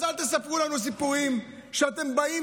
אז אל תספרו לנו את הסיפורים שאתם באים